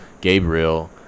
gabriel